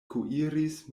kuiris